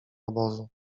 obozu